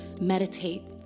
meditate